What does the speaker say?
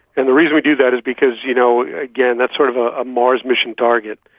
and the reason we do that is because, you know again, that's sort of ah a mars mission target,